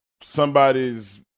Somebody's